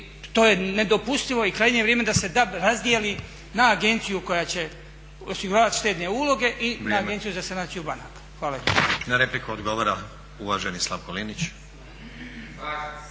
to je nedopustivo i krajnje je vrijeme da se DAB razdijeli na agenciju koja će osiguravati štedne uloge i agenciju za sanaciju banaka. Hvala lijepo. **Stazić, Nenad (SDP)** Na repliku odgovara uvaženi Slavko Linić.